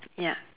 ya